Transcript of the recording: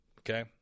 Okay